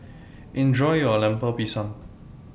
Enjoy your Lemper Pisang